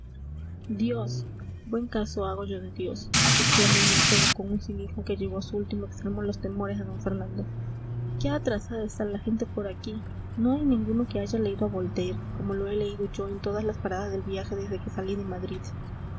dios buen caso hago yo de dios exclamó el mancebo con un cinismo que llevó a su último extremo los temores de d fernando qué atrasada está la gente por aquí no hay ninguno que haya leído a voltaire como lo he leído yo en todas las paradas del viaje desde que salí de madrid